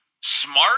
smart